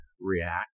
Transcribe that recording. react